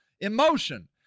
emotion